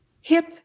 hip